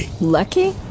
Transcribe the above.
Lucky